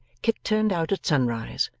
kit turned out at sunrise,